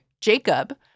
Jacob